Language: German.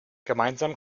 gemeinsam